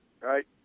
right